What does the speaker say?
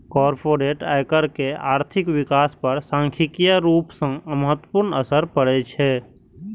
corporate आयकर के आर्थिक विकास पर सांख्यिकीय रूप सं महत्वपूर्ण असर पड़ै छै